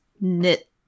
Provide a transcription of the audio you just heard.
knit